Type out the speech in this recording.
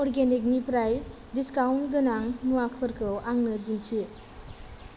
अर्गेनिकनिफ्राय discount गोनां मुवाफोरखौ आंनो दिन्थि